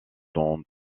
dont